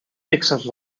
texas